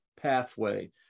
pathway